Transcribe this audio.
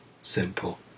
simple